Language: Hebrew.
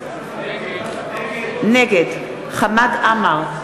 נגד חמד עמאר,